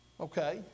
Okay